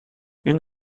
این